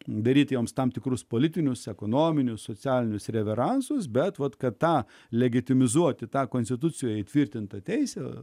daryti joms tam tikrus politinius ekonominius socialinius reveransus bet vat kad tą legitimizuoti tą konstitucijoje įtvirtintą teisę